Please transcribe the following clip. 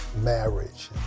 marriage